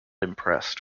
impressed